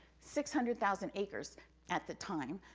six hundred thousand acres at the time,